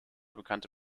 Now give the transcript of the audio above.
bekannte